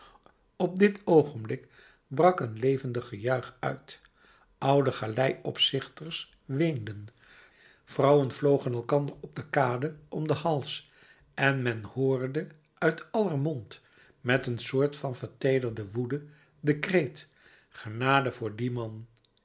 op dit oogenblik brak een levendig gejuich uit oude galei opzichters weenden vrouwen vlogen elkander op de kade om den hals en men hoorde uit aller mond met een soort van verteederde woede den kreet genade voor dien man